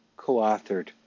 co-authored